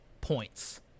points